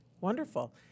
Wonderful